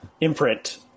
imprint